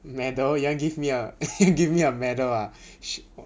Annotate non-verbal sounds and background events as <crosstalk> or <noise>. medal you want give me a <laughs> give me a medal ah